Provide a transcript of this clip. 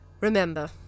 Remember